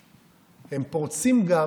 הם פורצים גם